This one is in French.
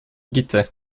guittet